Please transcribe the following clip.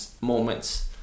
moments